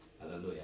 Hallelujah